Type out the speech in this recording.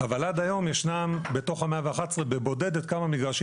אבל עד היום ישנם בתוך ה-111, בבודדת, כמה מגרשים